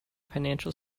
financial